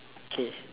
okay